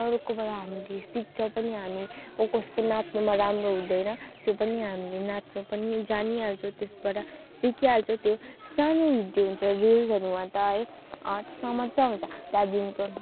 अरूकोबाट हामीले सिक्छौँ पनि हामी कसकसको नाच्नुमा राम्रो हुँदैन त्यो पनि हामीले नाच्नु पनि जानिहाल्छौँ त्यसबाट सिकिहाल्छौँ त्यो सानो त्यो हुन्छ रिल्सहरूमा त है त्यसमा मजा आउँछ त्यहाँदेखिको